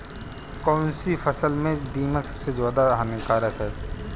कौनसी फसल में दीमक सबसे ज्यादा हानिकारक है?